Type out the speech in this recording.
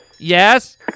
Yes